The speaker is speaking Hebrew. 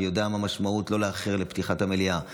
ויודע מה המשמעות לא לאחר לפתיחת המליאה,